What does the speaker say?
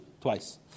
twice